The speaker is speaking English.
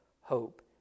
hope